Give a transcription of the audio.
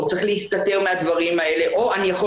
או צריך להסתתר מהדברים האלה או אני יכול